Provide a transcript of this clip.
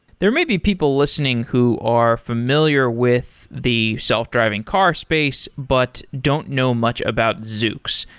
there may be people listening who are familiar with the self-driving car space but don't know much about zoox.